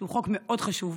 שהוא חוק מאוד חשוב,